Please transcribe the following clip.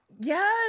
Yes